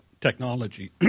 technology